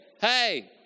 hey